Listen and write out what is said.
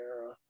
era